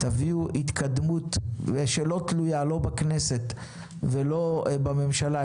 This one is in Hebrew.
תביאו התקדמות שלא תלויה בכנסת ולא בממשלה,